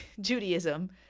Judaism